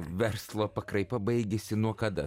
verslo pakraipa baigėsi nuo kada